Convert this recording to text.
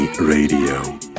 Radio